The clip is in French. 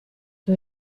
que